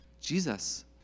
Jesus